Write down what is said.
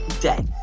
day